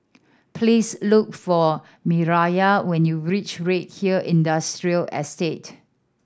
please look for Mireya when you reach Redhill Industrial Estate